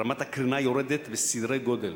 רמת הקרינה יורדת, בסדרי-גודל.